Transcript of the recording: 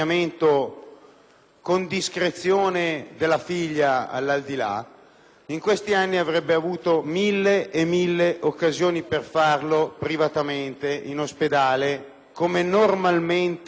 in questi anni avrebbe avuto più di mille occasioni per farlo privatamente, in ospedale, come normalmente avviene dappertutto: non dobbiamo scandalizzarci di questo.